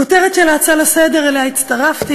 הכותרת של ההצעה לסדר-יום שאליה הצטרפתי